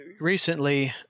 recently